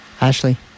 Ashley